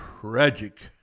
tragic